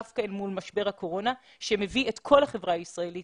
דווקא אל מול משבר הקורונה שמביא את כל החברה הישראלית